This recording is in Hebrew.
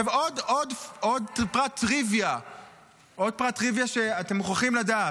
עוד פרט טריוויה שאתם מוכרחים לדעת: